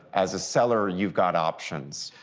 as a seller, you've got options.